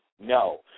No